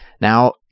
Now